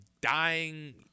dying